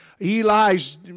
Eli's